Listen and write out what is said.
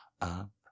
up